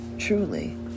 Truly